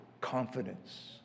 Confidence